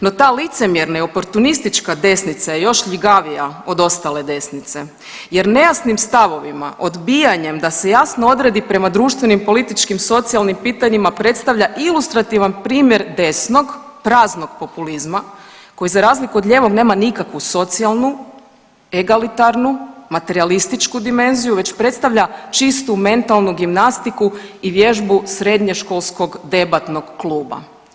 No ta licemjerna i oportunistička desnica je još ljigavija od ostale desnice, jer nejasnim stavovima, odbijanjem da se jasno odredi prema društvenim, političkim, socijalnim pitanjima predstavlja ilustrativni primjer desnog praznog populizma koji za razliku od lijevog nema nikakvu socijalnu, egalitarnu, materijalističku dimenziju već predstavlja čistu mentalnu gimnastiku i vježbu srednjoškolskog debatnog kluba.